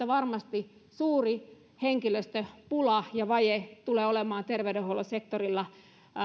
varmasti suuri henkilöstöpula ja vaje tulee olemaan terveydenhuollon sektorilla